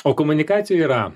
o komunikacijoj yra